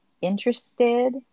interested